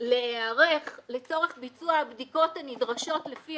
להיערך לצורך ביצוע הבדיקות הנדרשות לפי